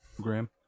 Graham